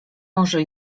może